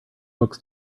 books